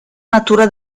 natura